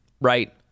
Right